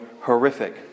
horrific